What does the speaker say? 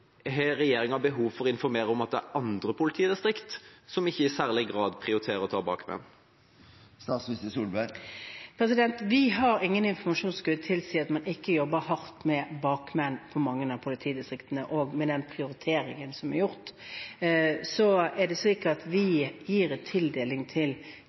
Har regjeringa behov for å informere om at det er andre politidistrikt som ikke i særlig grad prioriterer å ta bakmenn? Vi har ingen informasjon som skulle tilsi at man ikke jobber hardt med bakmenn i mange av politidistriktene, og med den prioriteringen som er gjort. Det er slik at vi gir en tildeling til